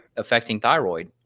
affecting thyroid